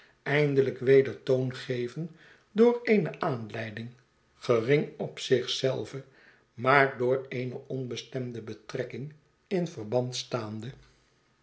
eindelijk weder toon geven door eene aanleiding gering op zich zelve maar door eene onbestemde betrekking in verband staande